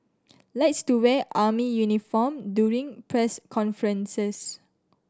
likes to wear army uniform during press conferences